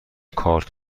کارت